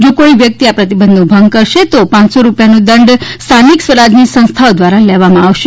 જો કોઇ વ્યકિત આ પ્રતિબંધનો ભંગ કરશે તો પાંચસો રૂપિયાનો દંડ સ્થાનિક સ્વરાજયની સંસ્થાઓ ધ્વારા લેવામાં આવશે